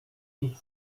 ich